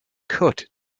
cut